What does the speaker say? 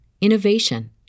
innovation